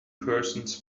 persons